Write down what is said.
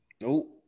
No